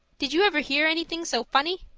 did you ever hear anything so funny?